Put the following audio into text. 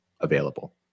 available